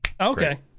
Okay